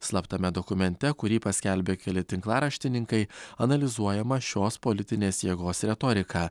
slaptame dokumente kurį paskelbė keli tinklaraštininkai analizuojama šios politinės jėgos retorika